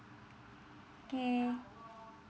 K